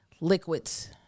liquids